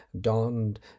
donned